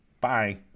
Bye